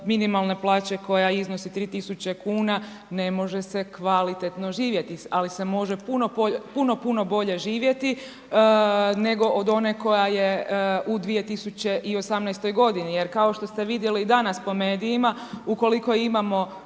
minimalne plaće koja iznosi 3.000 kuna ne može se kvalitetno živjeti, ali se može puno, puno bolje živjeti nego od one koja je u 2018. godini, jer kao što ste vidjeli i danas po medijima, ukoliko imamo